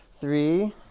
Three